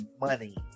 money